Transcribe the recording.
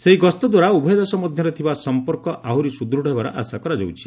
ସେହି ଗସ୍ତଦ୍ୱାରା ଉଭୟ ଦେଶ ମଧ୍ୟରେ ଥିବା ସମ୍ପର୍କ ଆହୁରି ସୁଦୃଢ଼ ହେବାର ଆଶା କରାଯାଉଛି